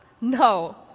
No